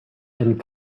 and